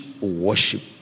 worship